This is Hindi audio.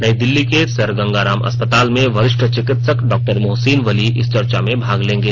नई दिल्ली के सर गंगाराम अस्पताल में वरिष्ठ चिकित्सक डॉक्टर मोहसिन वली इस चर्चा में भाग लेंगे